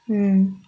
hmm